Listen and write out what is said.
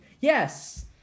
Yes